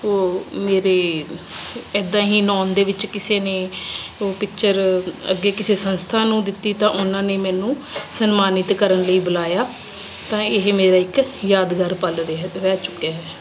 ਉਹ ਮੇਰੇ ਇੱਦਾਂ ਹੀ ਨੋਨ ਦੇ ਵਿੱਚ ਕਿਸੇ ਨੇ ਉਹ ਪਿਕਚਰ ਅੱਗੇ ਕਿਸੇ ਸੰਸਥਾ ਨੂੰ ਦਿੱਤੀ ਤਾਂ ਉਹਨਾਂ ਨੇ ਮੈਨੂੰ ਸਨਮਾਨਿਤ ਕਰਨ ਲਈ ਬੁਲਾਇਆ ਤਾਂ ਇਹ ਮੇਰਾ ਇੱਕ ਯਾਦਗਾਰ ਪਲ ਰਿਹਾ ਰਹਿ ਚੁੱਕਿਆ ਹੈ